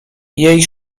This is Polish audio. jej